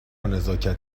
نزاکت